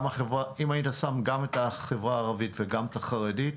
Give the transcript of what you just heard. אם היית שם גם את החברה הערבית וגם את החרדית,